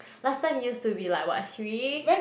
last time used to be like what three